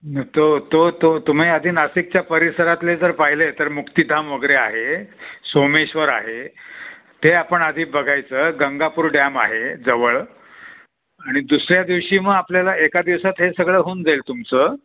तो तो तो तुम्ही आधी नाशिकच्या परिसरातले जर पाहिले तर मुक्तिधाम वगैरे आहे सोमेश्वर आहे ते आपण आधी बघायचं गंगापूर डॅम आहे जवळ आणि दुसऱ्या दिवशी मग आपल्याला एका दिवसात हे सगळं होऊन जाईल तुमचं